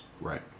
right